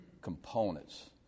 components